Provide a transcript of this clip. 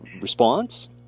response